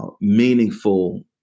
meaningful